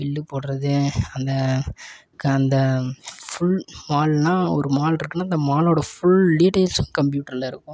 bill போடுறது அந்த க அந்த ஃபுல் மால்னா ஒரு மால் இருக்குன்னா அந்த மாலோட ஃபுல் டீடைல்ஸும் கப்யூட்ரில் இருக்கும்